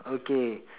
okay